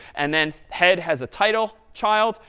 and then head has a title child,